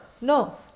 no